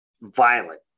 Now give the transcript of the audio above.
Violent